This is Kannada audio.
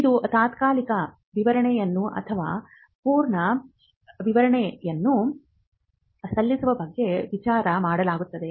ಇದು ತಾತ್ಕಾಲಿಕ ವಿವರಣೆಯನ್ನು ಅಥವಾ ಸಂಪೂರ್ಣ ವಿವರಣೆಯನ್ನು ಸಲ್ಲಿಸುವ ಬಗ್ಗೆ ವಿಚಾರ ಮಾಡಲಾಗುತ್ತದೆ